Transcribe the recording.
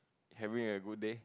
having a good day